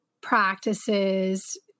practices